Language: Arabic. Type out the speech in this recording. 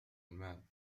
الماء